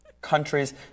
Countries